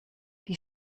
die